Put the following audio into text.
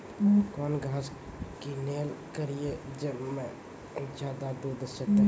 कौन घास किनैल करिए ज मे ज्यादा दूध सेते?